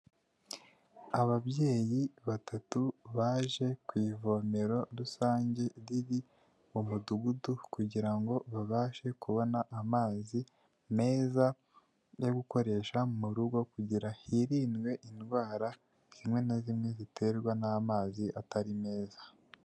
Ababyeyi batatu baje ku ivomero rusange riri mu mudugudu kugira ngo babashe kubona amazi meza yo gukoresha mu rugo kugira ngo hirindwe indwara zimwe na zimwe ziterwa n'amazi atari meza.